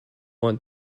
want